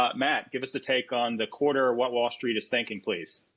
but matt give us a take on the quarter, what wall street is thinking, please.